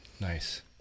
Nice